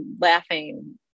laughing